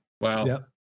Wow